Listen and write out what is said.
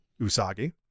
Usagi